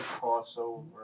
crossover